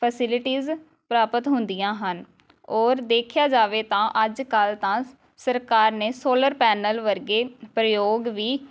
facilities ਪ੍ਰਾਪਤ ਹੁੰਦੀਆਂ ਹਨ ਔਰ ਦੇਖਿਆ ਜਾਵੇ ਤਾਂ ਅੱਜ ਕੱਲ੍ਹ ਤਾਂ ਸਰਕਾਰ ਨੇ ਸੋਲਰ ਪੈਨਲ ਵਰਗੇ ਪ੍ਰਯੋਗ ਵੀ